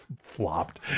flopped